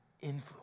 influence